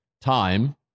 time